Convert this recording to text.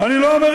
אני אגיד לך.